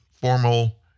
formal